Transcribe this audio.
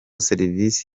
serivisi